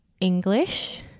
English